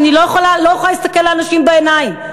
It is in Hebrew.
אני לא יכולה להסתכל לאנשים בעיניים.